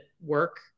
work